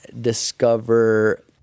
discover